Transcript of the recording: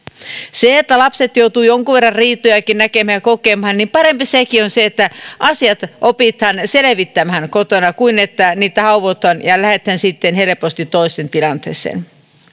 jos lapset joutuvat jonkun verran riitojakin näkemään ja kokemaan niin parempi sekin on että asiat opitaan selvittämään kotona kuin että niitä haudotaan ja lähdetään sitten helposti toiseen tilanteeseen